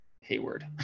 Hayward